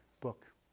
book